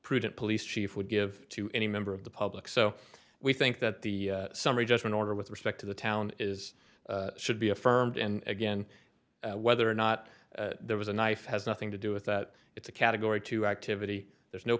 prudent police chief would give to any member of the public so we think that the summary judgment order with respect to the town is should be affirmed and again whether or not there was a knife has nothing to do with that it's a category two activity there's no